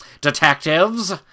detectives